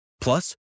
Plus